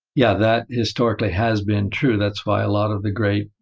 yeah. that historically has been true. that's why a lot of the great